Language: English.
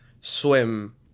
swim